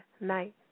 night